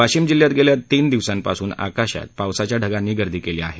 वाशिम जिल्ह्यात गेल्या तीन दिवसा पासून आकाशात पावसाच्या ढगांनी गर्दी केली आहे